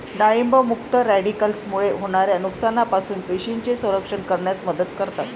डाळिंब मुक्त रॅडिकल्समुळे होणाऱ्या नुकसानापासून पेशींचे संरक्षण करण्यास मदत करतात